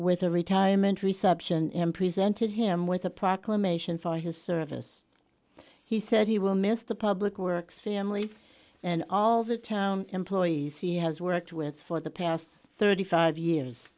with a retirement reception in presented him with a proclamation for his service he said he will miss the public works family and all the town employees he has worked with for the past thirty five years